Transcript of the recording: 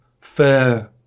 fair